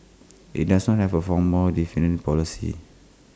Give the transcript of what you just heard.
IT doesn't have A formal dividend policy